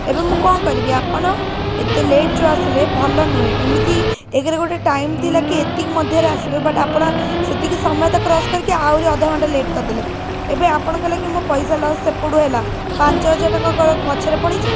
ଏବେ ମୁଁ କ'ଣ କରିବି ଆପଣ ଏତେ ଲେଟ୍ ଯେଉଁ ଆସିଲେ ଭଲ ନୁହେଁ ଏମିତି ଏକରେ ଗୋଟେ ଟାଇମ୍ ଥିଲା କି ଏତିକି ମଧ୍ୟରେ ଆସିବେ ବଟ୍ ଆପଣ ସେତିକି ସମୟ ତ କ୍ରସ୍ କରିକି ଆହୁରି ଅଧଘଣ୍ଟା ଲେଟ୍ କରିଦେଲେ ଏବେ ଆପଣଙ୍କ ଲାଗି ମୋ ପଇସା ଲସ୍ ସେପଟୁ ହେଲା ପାଞ୍ଚ ହଜାର ଟଙ୍କା କ'ଣ ଗଛରେ ଫଳିଛି